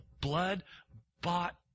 blood-bought